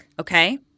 Okay